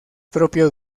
propio